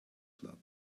club